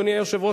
אדוני היושב-ראש,